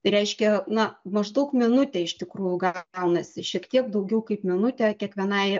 tai reiškia na maždaug minutė iš tikrųjų gaunasi šiek tiek daugiau kaip minutė kiekvienai